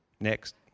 next